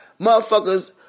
motherfuckers